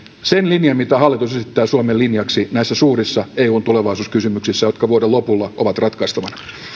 sen mitä hallitus esittää suomen linjaksi näissä suurissa eun tulevaisuuskysymyksissä jotka vuoden lopulla ovat ratkaistavina